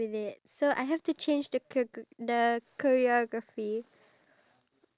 but if you were to just take the time and think about other people out there then